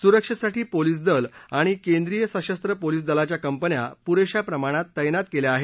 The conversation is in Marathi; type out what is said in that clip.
सुरक्षेसाठी पोलिस दल आणि केंद्रीय सशस्त्र पोलिस दलाच्या कंपन्या पुरेशा प्रमाणात तैनात केल्या आहेत